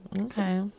Okay